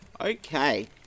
Okay